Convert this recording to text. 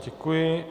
Děkuji.